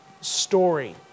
story